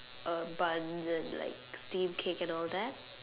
uh buns and like steamed cake and all that